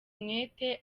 umwete